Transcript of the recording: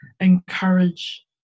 encourage